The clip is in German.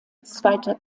zweiter